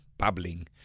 bubbling